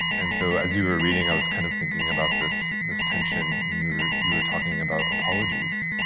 and so, as you were reading, i was kind of thinking about this this tension. and you were you were talking about apologies.